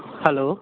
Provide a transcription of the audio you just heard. hello